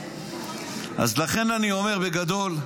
לכן אני אומר, בגדול,